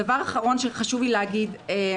דבר אחרון שחשוב לי להגיע,